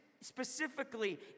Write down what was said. specifically